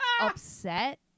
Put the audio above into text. upset